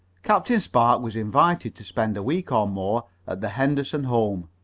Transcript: captain spark was invited to spend a week or more at the henderson home.